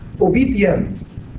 obedience